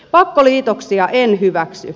pakkoliitoksia en hyväksy